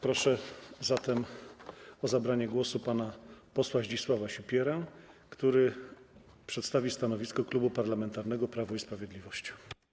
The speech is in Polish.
Proszę zatem o zabranie głosu pana posła Zdzisława Sipierę, który przedstawi stanowisko Klubu Parlamentarnego Prawo i Sprawiedliwość.